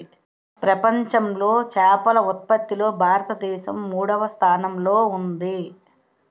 ప్రపంచంలో చేపల ఉత్పత్తిలో భారతదేశం మూడవ స్థానంలో ఉంది